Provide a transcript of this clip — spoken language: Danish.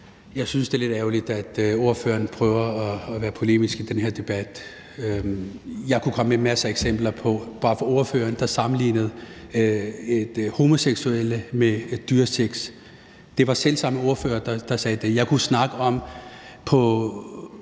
Jeg synes, det er lidt ærgerligt, at ordføreren prøver at være polemisk i den her debat. Jeg kunne komme med masser af eksempler bare fra ordføreren, der sammenlignede homoseksuelle med dyresex. Det var selv samme ordfører, der sagde det. Jeg kunne snakke om Dansk